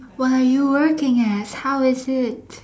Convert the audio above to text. what are you working as how is it